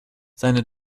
seine